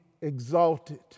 exalted